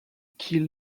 key